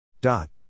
Dot